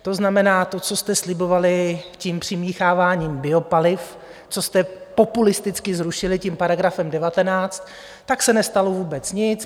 To znamená, to, co jste slibovali tím přimícháváním biopaliv, co jste populisticky zrušili tím paragrafem 19, tak se nestalo vůbec nic.